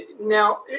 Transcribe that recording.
Now